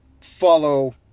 follow